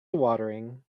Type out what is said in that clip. watering